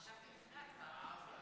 חשבתי שלפני ההצבעה.